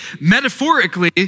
metaphorically